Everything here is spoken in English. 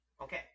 Okay